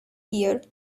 here